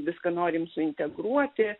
viską norim suintegruoti